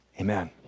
amen